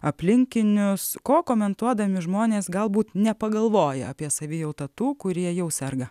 aplinkinius ko komentuodami žmonės galbūt nepagalvoja apie savijautą tų kurie jau serga